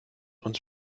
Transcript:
uns